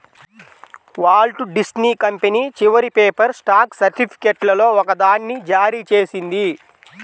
Walt Disney company చివరి paper stock సర్టిఫికేట్లలో ఒకదాన్ని జారీ చేసింది